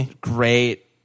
great